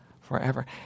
forever